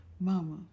mama